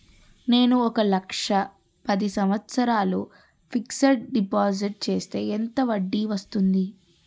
నేను ఒక లక్ష పది సంవత్సారాలు ఫిక్సడ్ డిపాజిట్ చేస్తే ఎంత వడ్డీ వస్తుంది?